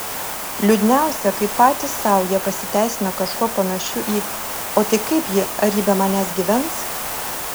liūdniausia kai patys sau jie pasiteisina kažkuo panašiu į o tai kaip ji ar jis be manęs gyvens